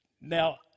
now